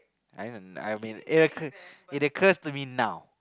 I don't know I mean it occur it occurs to me now